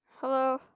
Hello